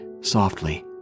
softly